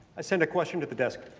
i sent a question to the desk.